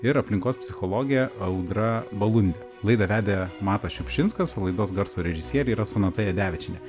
ir aplinkos psichologė audra balundė laidą vedė matas šiupšinskas laidos garso režisieriai yra sonata jadevičienė